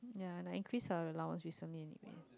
ya and increase our allowance recently and a bit